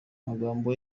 magambo